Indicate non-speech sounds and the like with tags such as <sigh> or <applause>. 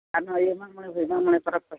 ᱟᱨ ᱱᱚᱜᱼᱚᱭ ᱤᱭᱟᱹ ᱢᱟᱜ ᱢᱚᱬᱮ <unintelligible> ᱢᱟᱜ ᱢᱚᱬᱮ ᱯᱟᱨᱟᱵᱽ